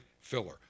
filler